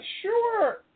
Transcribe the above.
sure